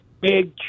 big